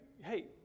hey